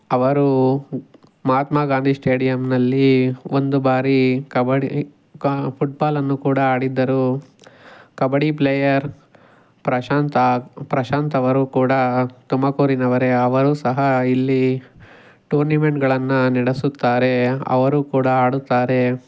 ಅವರು ಮಹಾತ್ಮ ಗಾಂಧಿ ಸ್ಟೇಡಿಯಮ್ನಲ್ಲಿ ಒಂದು ಬಾರಿ ಕಬಡ್ಡಿ ಫುಟ್ಬಾಲನ್ನು ಕೂಡ ಆಡಿದ್ದರು ಕಬಡ್ಡಿ ಪ್ಲೇಯರ್ ಪ್ರಶಾಂತ ಪ್ರಶಾಂತ್ ಅವರು ಕೂಡ ತುಮಕೂರಿನವರೇ ಅವರೂ ಸಹ ಇಲ್ಲಿ ಟೂರ್ನಿಮೆಂಟ್ಗಳನ್ನು ನಡೆಸುತ್ತಾರೆ ಅವರೂ ಕೂಡ ಆಡುತ್ತಾರೆ